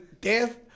death